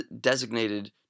designated